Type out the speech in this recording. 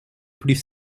plus